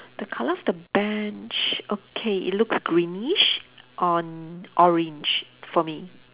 the colour of the bench okay it looks greenish on orange for me